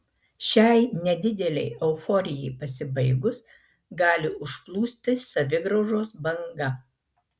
šiai nedidelei euforijai pasibaigus gali užplūsti savigraužos banga